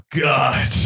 God